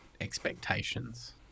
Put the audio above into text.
expectations